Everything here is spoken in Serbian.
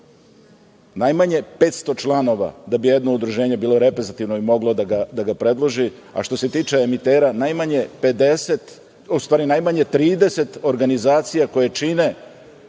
najmanje 500 članova da bi jedno udruženje bilo reprezentativno, da bi moglo da ga predloži, a što se tiče emitera, najmanje 50, u stvari najmanje 30 organizacija koje čine